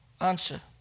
Answer